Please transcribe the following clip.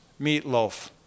meatloaf